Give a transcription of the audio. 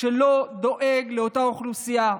שלא דואג לאותה אוכלוסייה.